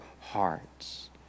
hearts